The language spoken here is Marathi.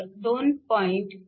ix 2